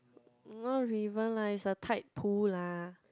not river lah it's a tide pool lah